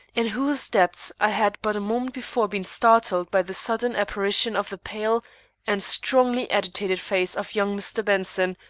in whose depths i had but a moment before been startled by the sudden apparition of the pale and strongly agitated face of young mr. benson,